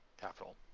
capital